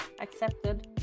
accepted